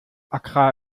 accra